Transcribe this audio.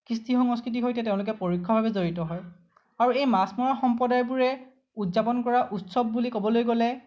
কৃষ্টি সংস্কৃতিৰ সৈতে তেওঁলোকে পৰোক্ষভাৱে জড়িত হয় আৰু এই মাছ মৰা সম্প্ৰদায়বোৰে উদযাপন কৰা উৎসৱ বুলি ক'বলৈ গ'লে